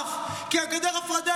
לא.